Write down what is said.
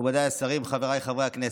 מכובדיי השרים, חבריי חברי הכנסת,